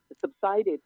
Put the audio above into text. subsided